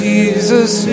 Jesus